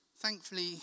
Thankfully